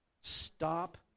Stop